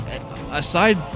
aside